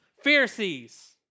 Pharisees